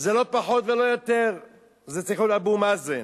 זה לא פחות ולא יותר צריך להיות אבו מאזן.